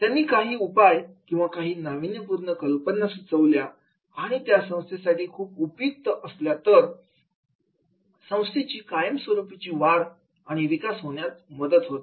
त्यांनी काही उपाय किंवा काही नाविन्यपूर्ण कल्पना सुचवल्या आणि त्या संस्थेसाठी खूप उपयुक्त असल्या तर संस्थेची कायमस्वरूपी वाढ आणि विकास होण्यात मदत होते